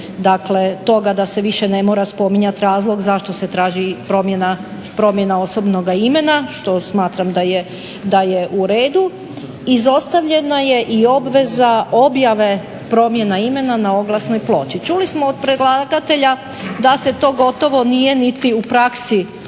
dakle toga da se više ne mora spominjat razlog zašto se traži promjena osobnog imena što smatram da je u redu izostavljena je i obveza objave promjena imena na oglasnoj ploči. Čuli smo od predlagatelja da se to gotovo nije niti u praksi